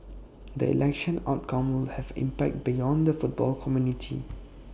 the election outcome will have impact beyond the football community